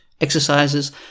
exercises